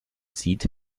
sieht